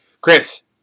Chris